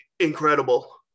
Incredible